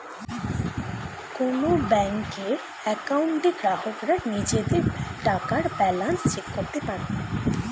কোন ব্যাংকের অ্যাকাউন্টে গ্রাহকরা নিজেদের টাকার ব্যালান্স চেক করতে পারে